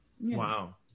Wow